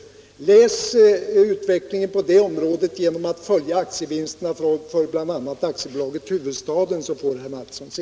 Avläs utvecklingen på det här området genom att följa aktievinsterna för bl.a. AB Hufvudstaden, så får herr Mattsson se!